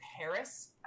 Paris